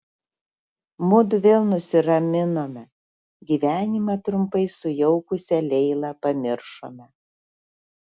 mudu vėl nusiraminome gyvenimą trumpai sujaukusią leilą pamiršome